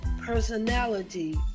personality